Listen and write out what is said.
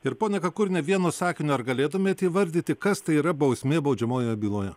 ir ponia kakurina vienu sakiniu ar galėtumėte įvardyti kas tai yra bausmė baudžiamojoje byloje